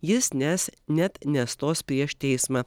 jis nes net nestos prieš teismą